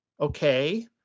okay